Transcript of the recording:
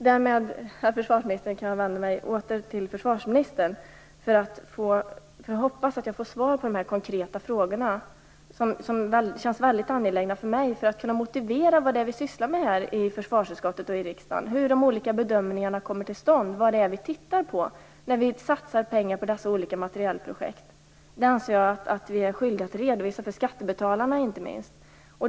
Därmed, herr försvarsminister, vänder jag mig åter till försvarsministern. Jag hoppas att jag får svar på de konkreta frågor jag ställde. De känns väldigt angelägna för mig för att kunna motivera vad det är vi sysslar med i försvarsutskottet och i riksdagen, hur de olika bedömningarna kommer till stånd och vad vi tittar på när vi satsar pengar på dessa olika materielprojekt. Det anser jag att vi är skyldiga att redovisa för inte minst skattebetalarna.